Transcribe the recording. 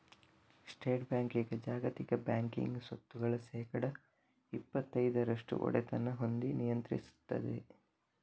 state bank ಈಗ ಜಾಗತಿಕ banking ಸ್ವತ್ತುಗಳ ಶೇಕಡಾ ಇಪ್ಪತೈದರಷ್ಟು ಒಡೆತನ ಹೊಂದಿ ನಿಯಂತ್ರಿಸ್ತದೆ